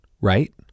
right